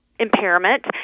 impairment